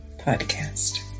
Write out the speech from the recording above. Podcast